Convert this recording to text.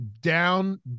down